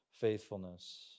faithfulness